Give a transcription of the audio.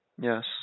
Yes